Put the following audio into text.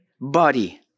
body